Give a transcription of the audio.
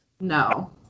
No